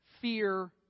Fear